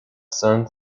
sun